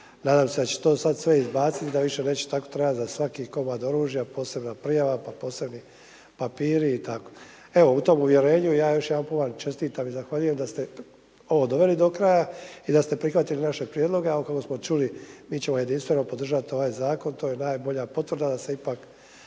nadam se da će to sada sve izbaciti i da više neće tako trebati za svaki komad oružja posebna prijava, pa posebni papiri i tako. Evo, u tom uvjerenju ja još jedanput vam čestitam i zahvaljujem da ste ovo doveli do kraja i da ste prihvatili naše prijedloge. A okolo smo čuli mi ćemo jedinstveno podržati ovaj zakon, to je najbolja potvrda da se ipak